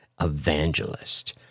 evangelist